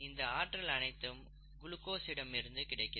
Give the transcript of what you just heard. இந்த ஆற்றல் அனைத்தும் குளுக்கோஸ் இடம் இருந்து கிடைக்கிறது